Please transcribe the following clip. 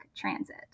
Transit